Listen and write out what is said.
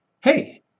hey